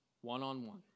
one-on-one